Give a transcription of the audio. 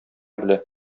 белә